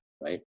right